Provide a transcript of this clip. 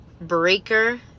Breaker